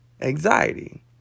anxiety